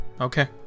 Okay